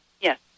Yes